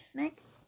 next